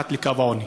מתחת לקו העוני?